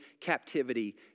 captivity